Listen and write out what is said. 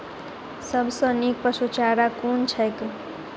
सबसँ नीक पशुचारा कुन छैक?